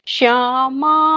Shama